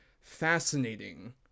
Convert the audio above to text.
fascinating